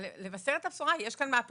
אז לבשר את הבשורה: יש כאן מהפכה,